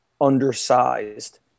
undersized